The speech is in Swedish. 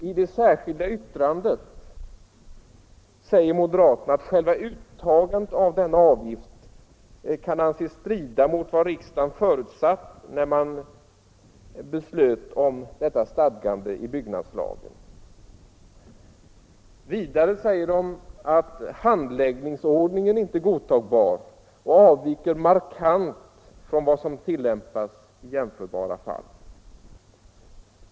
I det särskilda yttrandet säger moderaterna att själva uttagandet av denna avgift kan anses strida mot vad riksdagen förutsatt när man besöt om ifrågavarande stadgande i byggnadslagen. Vidare säger de att handläggningsordningen inte är godtagbar och markant avviker från vad som tillämpas i jämförbara fall.